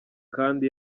kandi